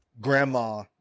grandma